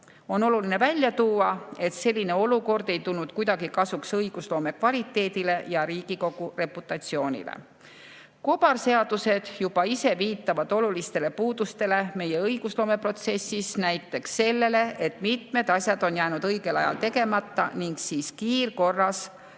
On oluline välja tuua, et selline olukord ei tulnud kuidagi kasuks õigusloome kvaliteedile ja Riigikogu reputatsioonile. Juba kobarseadused ise viitavad olulistele puudustele meie õigusloomeprotsessis, näiteks sellele, et mitmed asjad on jäänud õigel ajal tegemata ning siis hakatakse